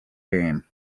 game